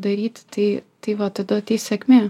daryti tai tai va tada ateis sėkmė